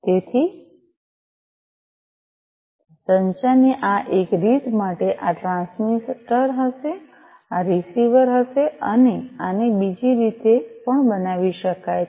તેથી સંચારની આ એક રીત માટે આ ટ્રાન્સમીટર હશે આ રીસીવર હશે અને આને બીજી રીતે પણ બનાવી શકાય છે